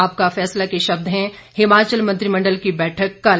आपका फैसला के शब्द हैं हिमाचल मंत्रिमंडल की बैठक कल